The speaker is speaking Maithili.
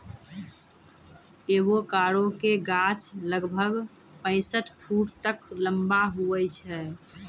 एवोकाडो के गाछ लगभग पैंसठ फुट तक लंबा हुवै छै